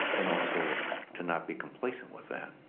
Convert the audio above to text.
and also to not be complacent with that.